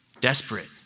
desperate